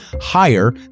higher